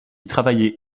travaillait